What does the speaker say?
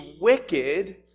wicked